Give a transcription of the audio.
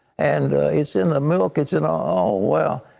and it's in the milk. it's in all, well.